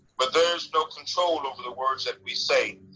but there's no control over the words that we say.